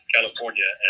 California